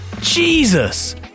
Jesus